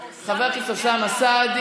את חבר הכנסת אוסאמה סעדי,